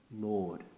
Lord